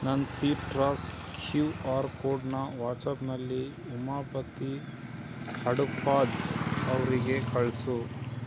ನನ್ನ ಸಿಟ್ರಾಸ್ Q R ಕೋಡನ್ನ ವಾಟ್ಸಾಪ್ನಲ್ಲಿ ಉಮಾಪತಿ ಹಡಪಾದ್ ಅವರಿಗೆ ಕಳಿಸು